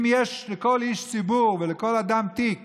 אם יש לכל איש ציבור ולכל אדם תיק